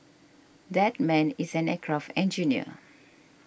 that man is an aircraft engineer